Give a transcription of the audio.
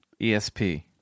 esp